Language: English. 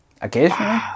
Occasionally